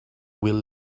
will